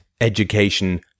education